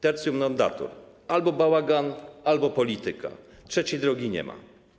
Tertium non datur - albo bałagan, albo polityka, trzeciej drogi nie ma.